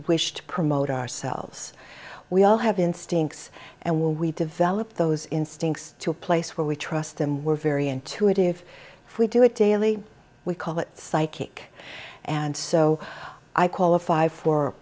wish to promote ourselves we all have instincts and we develop those instincts to a place where we trust them we're very intuitive we do it daily we call it psychic and so i qualify for